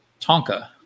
Tonka